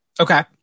okay